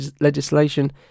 legislation